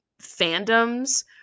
fandoms